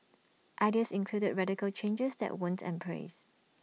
ideas included radical changes that weren't embraced